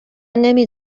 نمی